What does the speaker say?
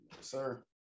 Sir